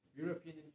European